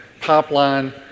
pipeline